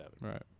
Right